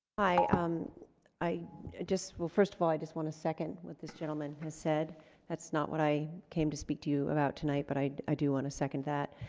i um i just well first of all i just want a second what this gentleman has said that's not what i came to speak to you about tonight but i i do want to second that